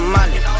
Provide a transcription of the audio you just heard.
Money